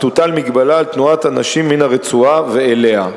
ותוטל מגבלה על תנועת אנשים מן הרצועה ואליה".